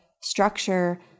structure